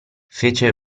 fece